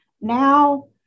Now